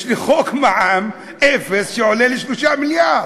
יש לי חוק מע"מ אפס שעולה לי 3 מיליארד.